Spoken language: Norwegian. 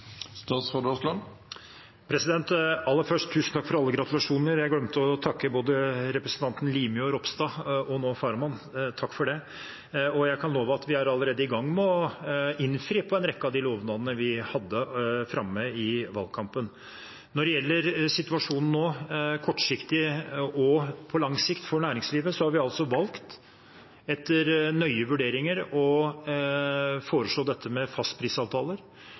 Aller først: Tusen takk for alle gratulasjoner. Jeg glemte å takke både representanten Limi og representanten Ropstad, og nå representanten Farahmand – takk for det. Jeg kan love at vi allerede er i gang med å innfri på en rekke av de lovnadene vi hadde framme i valgkampen. Når det gjelder situasjonen nå, kortsiktig og på lang sikt for næringslivet, har vi altså etter nøye vurderinger valgt å foreslå dette med fastprisavtaler.